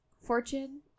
fortune